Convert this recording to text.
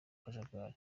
kajagari